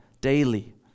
daily